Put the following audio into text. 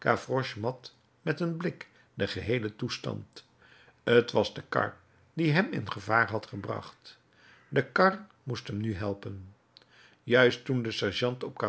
met een blik den geheelen toestand t was de kar die hem in gevaar had gebracht de kar moest hem nu helpen juist toen de